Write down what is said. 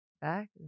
back